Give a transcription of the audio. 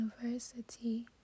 university